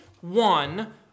one